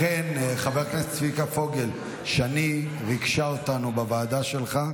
שמעתי כאן, חברות הכנסת, לכאורה, הנושא חשוב להן.